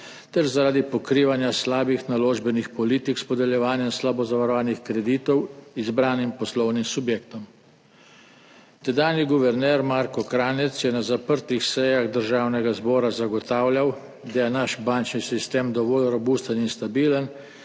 ter zaradi pokrivanja slabih naložbenih politik s podeljevanjem slabo zavarovanih kreditov izbranim poslovnim subjektom. Tedanji guverner Marko Kranjec je na zaprtih sejah Državnega zbora zagotavljal, da je naš bančni sistem dovolj robusten in stabilen